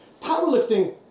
powerlifting